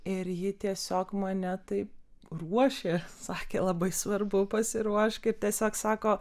ir ji tiesiog mane taip ruošė sakė labai svarbu pasiruošk ir tiesiog sako